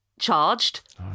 charged